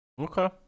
Okay